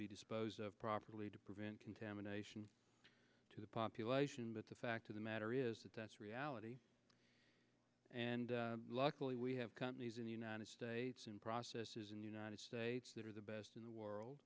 be disposed of properly to prevent contamination to the population but the fact of the matter is that that's reality and luckily we have companies in the united states and processes in the united states that are the best in the world